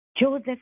Joseph